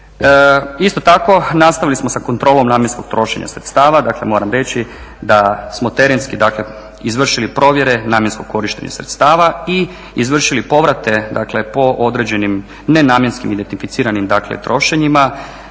Isto tako, nastavili smo sa kontrolom namjenskog trošenja sredstava, dakle moram reći da smo terenski izvršili provjere namjenskog korišteni sredstava i izvršili povrate po određenim nenamjenskim identificiranim trošenjima.